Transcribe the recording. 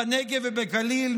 בנגב ובגליל,